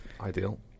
ideal